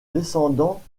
descendants